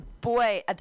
Boy